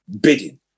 bidding